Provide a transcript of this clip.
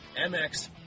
MX